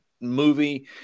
movie